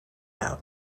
out